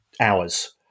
hours